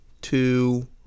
two